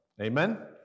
Amen